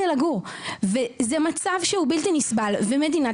זה מצב שלדעתי הוא בלתי נסבל ומדינת